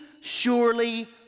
surely